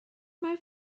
mae